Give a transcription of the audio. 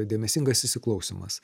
dėmesingas įsiklausymas